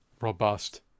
robust